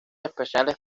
espaciales